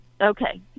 Okay